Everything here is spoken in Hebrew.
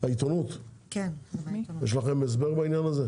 העיתונות יש לכם הסבר בעניין הזה?